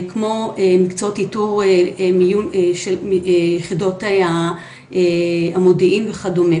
כמו מקצועות איתור מיון של יחידות המודיעין וכדומה